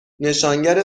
نشانگر